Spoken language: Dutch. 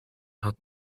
had